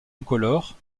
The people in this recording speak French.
incolore